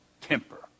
temper